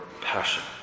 passion